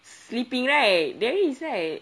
sleeping right there is right